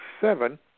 seven